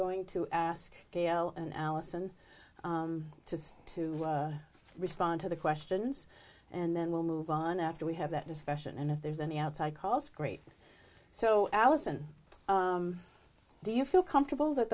going to ask gail and allison to see to respond to the questions and then we'll move on after we have that discussion and if there's any outside calls great so alison do you feel comfortable that